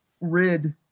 rid